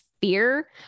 fear